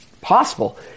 possible